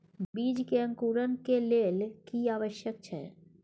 बीज के अंकुरण के लेल की आवश्यक छै?